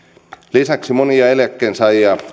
lisäksi monia eläkkeensaajia